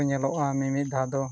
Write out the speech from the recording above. ᱠᱚ ᱧᱮᱞᱚᱜᱼᱟ ᱢᱤᱼᱢᱤᱫ ᱫᱷᱟᱣ ᱫᱚ